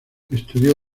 estudió